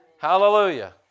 Hallelujah